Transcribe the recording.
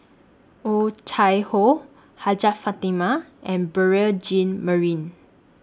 Oh Chai Hoo Hajjah Fatimah and Beurel Jean Marie